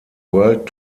world